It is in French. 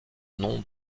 nom